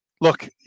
Look